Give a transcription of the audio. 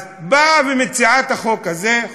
אז באה ומציעה את החוק הזה,